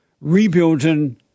rebuilding